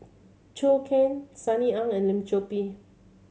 Zhou Can Sunny Ang and Lim Chor Pee